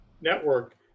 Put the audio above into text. network